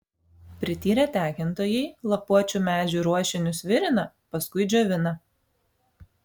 prityrę tekintojai lapuočių medžių ruošinius virina paskui džiovina